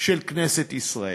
של כנסת ישראל.